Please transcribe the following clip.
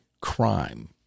crime